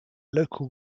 local